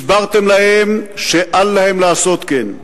הסברתם להם שאל להם לעשות כן.